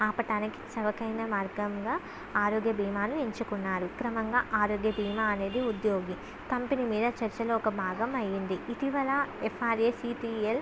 ఆపటానికి చవకైన మార్గంగా ఆరోగ్య భీమాను ఎంచుకున్నారు క్రమంగా ఆరోగ్య భీమా అనేది ఉద్యోగి కంపెనీ మీద చర్చలు ఒక భాగమైంది ఇటీవల యఫ్ఆర్ఎసిటియల్